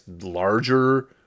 larger